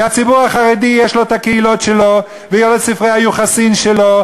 כי הציבור החרדי יש לו הקהילות שלו ויהיה לו ספרי היוחסין שלו,